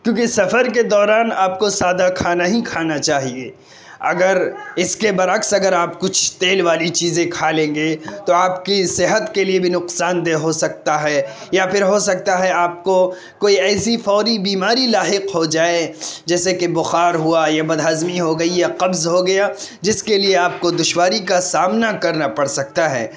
کیونکہ سفر کے دوران آپ کو سادہ کھانا ہی کھانا چاہیے اگر اس کے بر عکس اگر آپ کچھ تیل والی چیزیں کھا لیں گے تو آپ کی صحت کے لیے بھی نقصان دہ ہو سکتا ہے یا پھر ہو سکتا ہے آپ کو کوئی ایسی فوری بیماری لاحق ہو جائے جیسے کہ بخار ہوا یا بد ہضمی ہو گئی یا قبض ہو گیا جس کے لیے آپ کو دشواری کا سامنا کرنا پڑ سکتا ہے